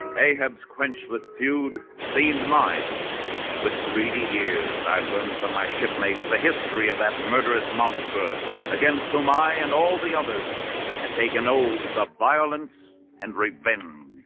a hub's quenchless feud seemed mine with greedy ears i learned from my shipmates the history of that murderous monster against whom i and all the others had taken olds of violence and rabinin,